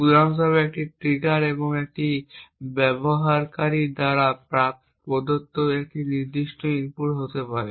উদাহরণস্বরূপ একটি ট্রিগার একটি ব্যবহারকারীর দ্বারা প্রদত্ত একটি নির্দিষ্ট ইনপুট হতে পারে